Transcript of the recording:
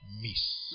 miss